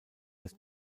des